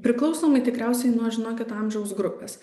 priklausomai tikriausiai nuo žinokit amžiaus grupės